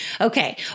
Okay